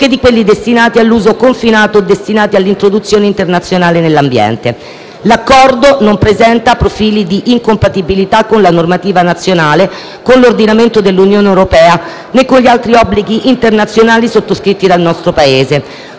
nonché di quelli destinati all'uso confinato o destinati all'introduzione intenzionale nell'ambiente. L'Accordo non presenta profili di incompatibilità con la normativa nazionale, con l'ordinamento dell'Unione europea, né con gli altri obblighi internazionali sottoscritti dal nostro Paese.